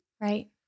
Right